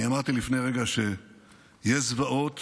אני אמרתי לפני רגע שיש זוועות